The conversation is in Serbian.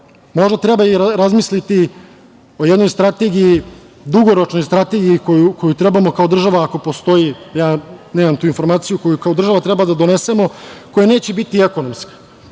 možda treba razmisliti i o jednoj strategiji, dugoročnoj strategiji, ako postoji ja nemam tu informaciju, koju kao država treba da donesemo, koje neće biti ekonomska,